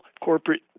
corporate